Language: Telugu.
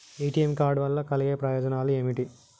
ఏ.టి.ఎమ్ కార్డ్ వల్ల కలిగే ప్రయోజనాలు ఏమిటి?